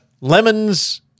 lemons